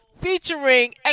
featuring